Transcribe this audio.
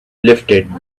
lifted